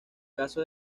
caso